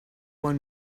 one